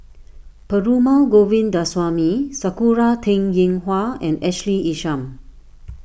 Perumal Govindaswamy Sakura Teng Ying Hua and Ashley Isham